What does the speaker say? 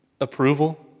approval